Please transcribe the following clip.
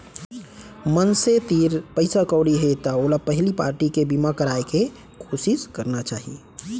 मनसे तीर पइसा कउड़ी हे त ओला पहिली पारटी के बीमा कराय के कोसिस करना चाही